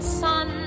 sun